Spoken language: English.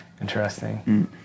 Interesting